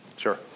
Sure